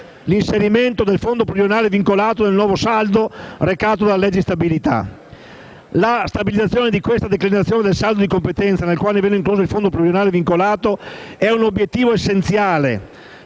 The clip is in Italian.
l'inclusione del fondo pluriennale vincolato nel nuovo saldo recata dalla legge di stabilità. La stabilizzazione di questa declinazione del saldo di competenza, nel quale viene incluso anche il fondo pluriennale vincolato, è un obiettivo essenziale